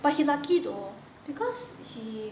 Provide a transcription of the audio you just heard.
but he lucky though because he